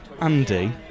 Andy